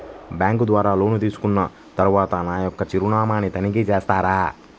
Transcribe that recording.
Bank ద్వారా loan తీసుకున్న తరువాత నా యొక్క చిరునామాని తనిఖీ చేస్తారా?